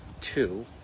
two